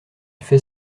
fait